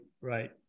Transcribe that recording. right